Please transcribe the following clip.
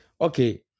Okay